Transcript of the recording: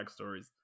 backstories